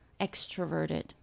extroverted